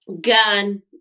gun